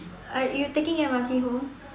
I you taking M_R_T home